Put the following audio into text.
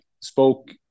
spoke